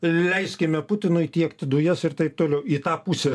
leiskime putinui tiekti dujas ir taip toliau į tą pusę